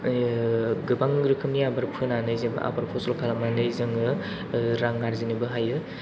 गोबां रोखोमनि आबाद फोनानै जों आबाद फसल खालामनानै जोङो रां आर्जिनोबो हायो